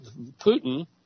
Putin